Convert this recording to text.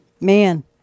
man